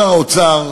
שר האוצר,